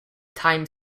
time